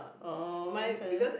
oh okay